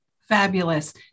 Fabulous